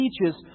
teaches